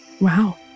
Wow